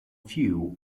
fuel